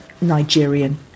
Nigerian